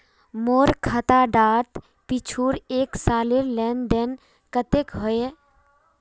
मोर खाता डात पिछुर एक सालेर लेन देन कतेक होइए?